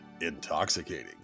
intoxicating